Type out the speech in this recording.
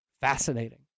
Fascinating